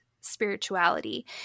spirituality